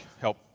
help